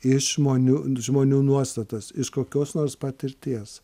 iš žmonių žmonių nuostatas iš kokios nors patirties